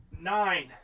Nine